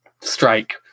strike